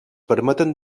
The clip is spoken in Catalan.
permeten